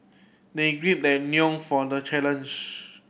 they their for the challenge